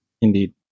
Indeed